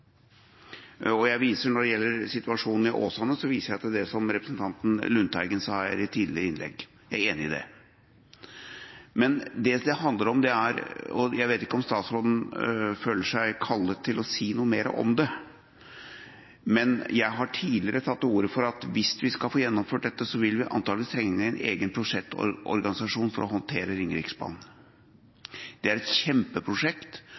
viser jeg til det som representanten Lundteigen sa her i et tidligere innlegg. Jeg er enig i det. Jeg vet ikke om statsråden føler seg kallet til å si noe mer om det, men jeg har tidligere tatt til orde for at hvis vi skal få gjennomført dette, vil vi antakelig trenge en egen prosjektorganisasjon for å håndtere Ringeriksbanen. Det er et kjempeprosjekt,